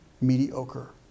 mediocre